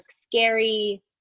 scary